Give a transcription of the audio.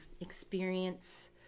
experience